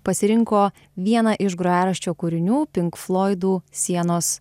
pasirinko vieną iš grojaraščio kūrinių pink floidų sienos